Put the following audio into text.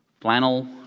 flannel